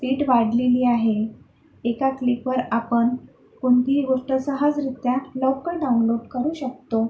spit वाढलेली आहे एका क्लिकवर आपण कोणतीही गोष्ट सहजरीत्या लवकर डाउनलोड करू शकतो